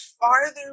farther